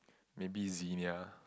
maybe Zinia